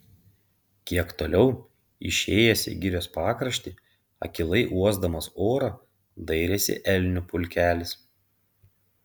kiek toliau išėjęs į girios pakraštį akylai uosdamas orą dairėsi elnių pulkelis